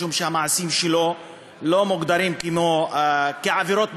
משום שהמעשים שלו לא מוגדרים כעבירות בחוק,